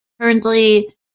currently